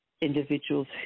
individuals